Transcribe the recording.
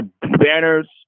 banners